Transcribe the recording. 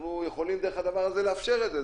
אנחנו יכולים דרך הדבר הזה לאפשר את זה.